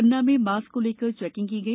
पन्ना में मास्क को लेकर चेकिंग की गई